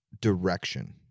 direction